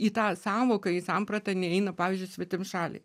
į tą sąvoką į sampratą neįeina pavyzdžiui svetimšaliai